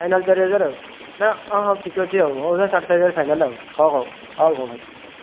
final ଚାରିହଜାର ଆଉ ନା ହଁ ହଁ ଠିକ୍ ଅଛି ଆଉ ହଉ ସେଇ ସାଢ଼େଚାରିହଜାର ଫାଇନାଲ ଆଉ ହଁ ହେଉ ହେଉ ଭାଇ